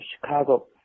Chicago